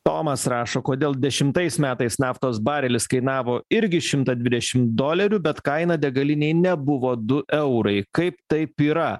tomas rašo kodėl dešimtais metais naftos barelis kainavo irgi šimtą dvidešim dolerių bet kaina degalinėj nebuvo du eurai kaip taip yra